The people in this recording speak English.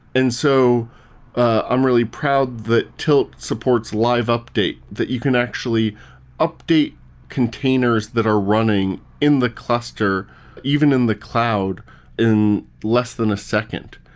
and so i'm really proud that tilt supports live update, that you can actually update containers that are running in the cluster even in the cloud in less than a second.